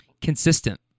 Consistent